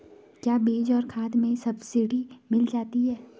क्या बीज और खाद में सब्सिडी मिल जाती है?